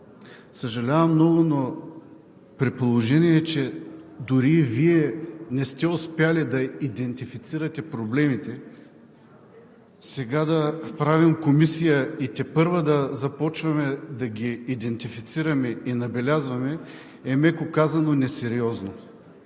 съжалявам много, но при положение че дори Вие не сте успели да идентифицирате проблемите, сега да правим комисия и тепърва да започваме да ги идентифицираме и набелязваме е, меко казано, несериозно.